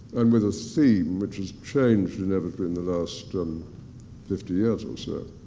and with a theme, which has changed, inevitably, in the last and fifty years or so.